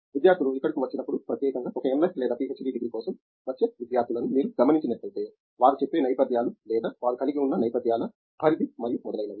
విద్యార్థులు ఇక్కడకు వచ్చినప్పుడు ప్రత్యేకంగా ఒక MS లేదా PhD డిగ్రీ కోసం వచ్చే విద్యార్ధులను మీరు గమనించినట్లైతే వారు చెప్పే నేపథ్యాలు లేదా వారు కలిగి ఉన్న నేపథ్యాల పరిధి మరియు మొదలైనవి